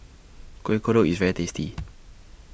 Kuih Kodok IS very tasty